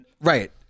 Right